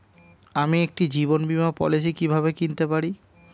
আমি একটি জীবন বীমা পলিসি কিভাবে কিনতে পারি?